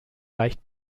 leicht